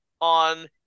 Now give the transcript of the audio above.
on